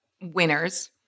winners